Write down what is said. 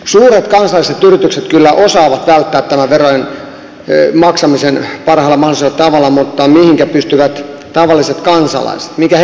suuret kansainväliset yritykset kyllä osaavat välttää tämän verojen maksamisen parhaalla mahdollisella tavalla mutta mihinkä pystyvät tavalliset kansalaiset